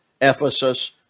Ephesus